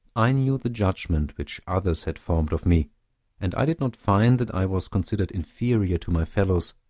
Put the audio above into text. i knew the judgment which others had formed of me and i did not find that i was considered inferior to my fellows,